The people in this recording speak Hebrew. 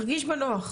תרגיש בנוח.